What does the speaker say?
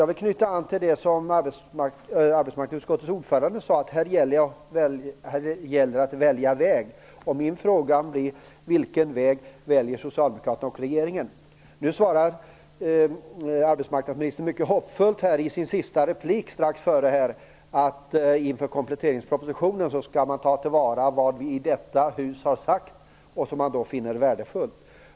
Jag vill anknyta till det som arbetsmarknadsutskottets ordförande sade, att det gällde att välja väg. Min fråga blir då: Vilken väg väljer socialdemokraterna och regeringen? Det var mycket hoppfullt att arbetsmarknadsministern i sin senaste replik sade att man inför kompletteringspropositionen skall ta till vara det som har sagts i detta hus och som man finner värdefullt.